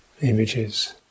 Images